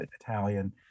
Italian